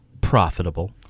profitable